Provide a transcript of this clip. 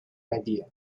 idea